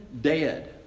dead